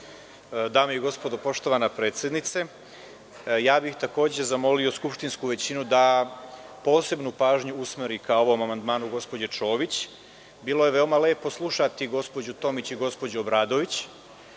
Dame i gospodo, poštovana predsednice, takođe bih zamolio skupštinsku većinu da posebnu pažnju usmeri ka ovom amandmanu gospođe Čomić. Bilo je veoma lepo slušati gospođu Tomić i gospođu Obradović,